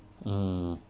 mm